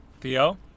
Theo